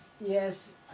yes